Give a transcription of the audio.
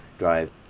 drive